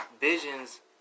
Visions